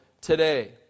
today